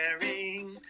sharing